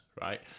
right